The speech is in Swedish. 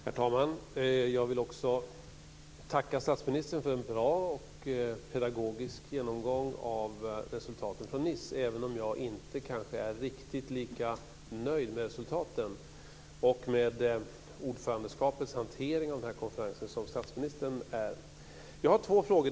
Herr talman! Också jag vill tacka statsministern för en bra och pedagogisk genomgång av resultaten från Nice, även om jag kanske inte är riktigt lika nöjd som statsministern är med resultaten och med ordförandelandets hantering av konferensen. Jag har två frågor.